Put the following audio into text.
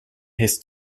his